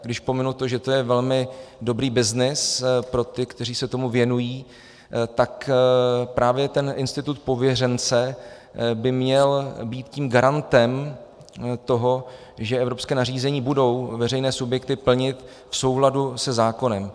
Když pominu to, že to je velmi dobrý byznys pro ty, kteří se tomu věnují, tak právě ten institut pověřence by měl být garantem toho, že evropské nařízení budou veřejné subjekty plnit v souladu se zákony.